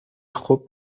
خوک